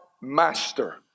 master